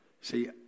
See